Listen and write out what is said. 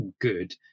good